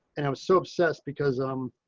and i was so obsessed because i'm